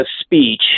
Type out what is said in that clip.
speech